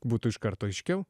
būtų iš karto aiškiau